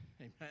Amen